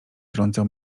trącał